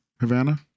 Havana